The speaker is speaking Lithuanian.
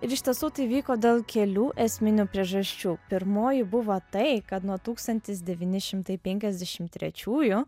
ir iš tiesų tai vyko dėl kelių esminių priežasčių pirmoji buvo tai kad nuo tūkstantis devyni šimtai penkiasdešimt trečiųjų